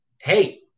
Hey